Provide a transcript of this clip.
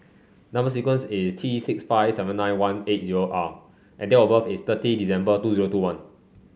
number sequence is T six five seven nine one eight zero R and date of birth is thirty December two zero two one